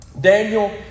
Daniel